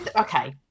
okay